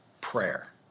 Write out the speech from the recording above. prayer